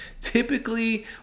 typically